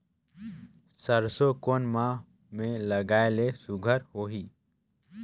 सरसो कोन माह मे लगाय ले सुघ्घर होही?